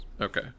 Okay